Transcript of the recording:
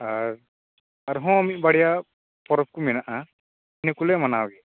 ᱟᱨ ᱟᱨᱦᱚᱸ ᱢᱤᱫ ᱵᱟᱨᱭᱟ ᱯᱚᱨᱚᱵᱽ ᱠᱚ ᱢᱮᱱᱟᱜᱼᱟ ᱱᱤᱭᱚᱠᱚᱞᱮ ᱢᱟᱱᱟᱣ ᱜᱮᱭᱟ